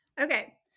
Okay